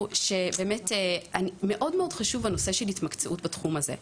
הוא שמאוד מאוד חשוב שתהיה התמקצעות בתחום הזה,